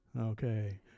Okay